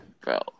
Bro